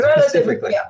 specifically